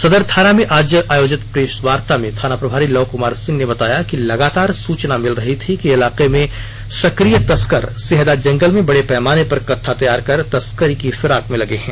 सदर थाना में आज आयोजित प्रेस वार्ता में थाना प्रभारी लव कुमार सिंह ने बताया कि लगातार सूचना मिल रही थी कि इलाके में सक्रिय तस्कर सेहदा जंगल मे बड़े पैमाने पर कत्था तैयार कर तस्करी की फिराक में लगे हैं